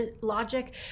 Logic